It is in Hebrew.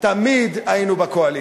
תמיד היינו בקואליציה.